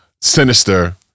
sinister